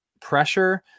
pressure